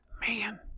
man